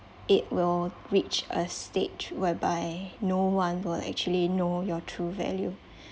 it will reach a stage whereby no one will actually know your true value